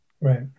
Right